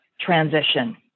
transition